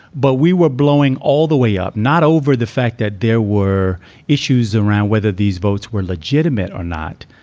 but we were blowing all the way up, not over the fact that there were issues around whether these votes were legitimate or not,